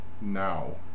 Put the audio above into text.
now